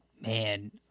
Man